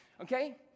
okay